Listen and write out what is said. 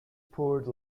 poured